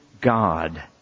God